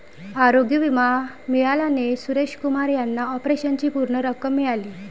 आरोग्य विमा मिळाल्याने सुरेश कुमार यांना ऑपरेशनची पूर्ण रक्कम मिळाली